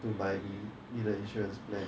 to buy 你你的 insurance plan